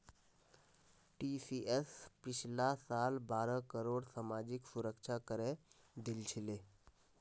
TCS पिछला साल बारह करोड़ सामाजिक सुरक्षा करे दिल छिले